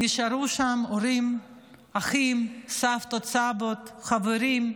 נשארו שם הורים, אחים, סבתות וסבים, חברים.